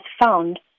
found